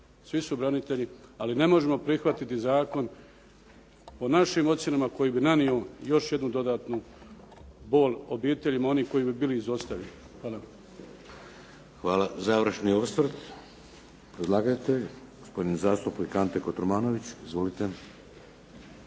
svi su branitelji, ali ne možemo prihvatiti zakon o našim ocjenama koji bi nanio još jednu dodatnu bol obiteljima onih koji bi bili izostavljeni. Hvala. **Šeks, Vladimir (HDZ)** Hvala. Završni osvrt, predlagatelj gospodin zastupnik Ante Kotromanović. Izvolite.